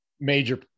major